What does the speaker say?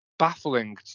baffling